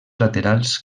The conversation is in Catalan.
laterals